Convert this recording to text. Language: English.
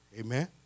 Amen